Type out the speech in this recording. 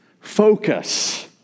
focus